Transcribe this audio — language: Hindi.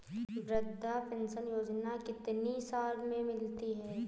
वृद्धा पेंशन योजना कितनी साल से मिलती है?